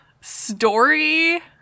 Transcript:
story